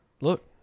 Look